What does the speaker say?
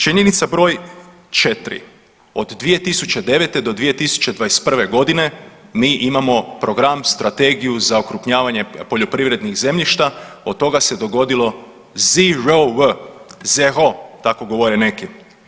Činjenica broj 4, od 2009. do 2021.g. mi imamo program i strategiju za okrupnjavanje poljoprivrednih zemljišta, od toga se dogodilo zerov, zero tako govore neki.